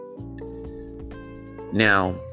now